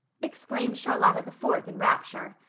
exclaimed charlotta the fourth in rapture.